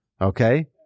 Okay